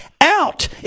out